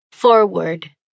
Forward